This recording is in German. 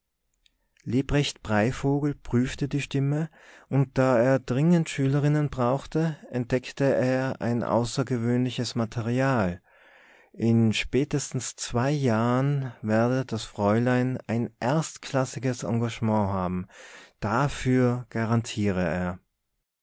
lebrecht breivogel prüfte die stimme und da er dringend schülerinnen brauchte entdeckte er ein außergewöhnliches material in spätestens zwei jahren werde das fräulein ein erstklassiges engagement haben dafür garantiere er